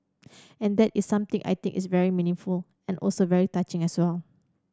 and that is something I think is very meaningful and also very touching as well